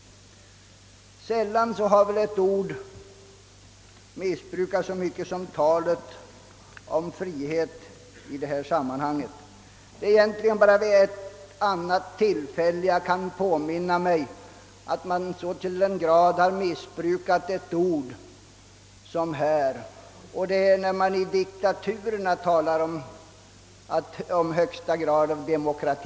Sällan har väl ett ord missbrukats så som här skett med ordet frihet. Det är egentligen bara vid ett annat tillfälle som jag nu kan påminna mig att man så har missbrukat ett ord som här, nämligen när man i diktaturstaterna talat om högsta grad av demokrati.